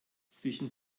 zwischen